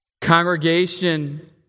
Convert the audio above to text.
congregation